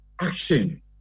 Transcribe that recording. action